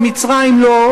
ומצרים לא,